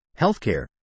healthcare